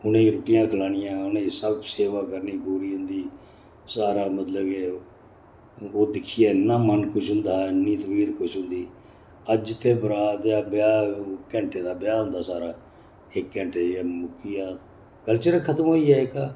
उनेंगी रूट्टियां खलानियां उनेंगी सब सेवा करनी पूरी उंदी सारा मतलब के ओह् ओह् दिक्खियै इन्ना मन खुश होंदा हा इन्नी तबीयत खुश होंदी ही अज्ज ते बरात जां ब्याह् घैंटे दा ब्याह् होंदा सारा एक्क घैंटे च गै मुक्की जा कल्चर गै खतम होई गेआ एह्का